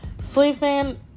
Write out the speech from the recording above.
sleeping